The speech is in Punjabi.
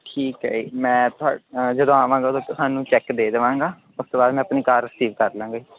ਠੀਕ ਹੈ ਜੀ ਮੈਂ ਥੋ ਜਦੋਂ ਆਵਾਂਗਾ ਉਦੋਂ ਤੁਹਾਨੂੰ ਚੈੱਕ ਦੇ ਦੇਵਾਂਗਾ ਉਸ ਤੋਂ ਬਾਅਦ ਮੈਂ ਆਪਣੀ ਕਾਰ ਰਸੀਵ ਕਰ ਲਾਂਗਾ ਜੀ